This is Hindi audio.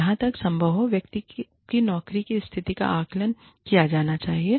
जहां तक संभव हो व्यक्ति की नौकरी की स्थिति का आकलन किया जाना चाहिए